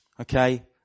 okay